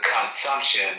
consumption